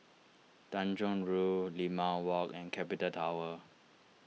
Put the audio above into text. Tanjong Rhu Limau Walk and Capital Tower